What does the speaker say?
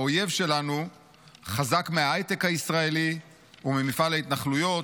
האויב שלנו חזק מההייטק הישראלי וממפעל ההתנחלויות.